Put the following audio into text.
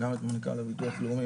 גם את מנכ"ל הביטוח לאומי,